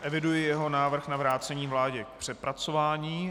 Eviduji jeho návrh na vrácení vládě k přepracování.